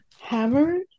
hammered